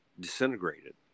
Disintegrated